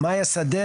מאיה שדה,